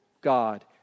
God